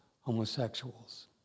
homosexuals